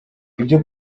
ibyo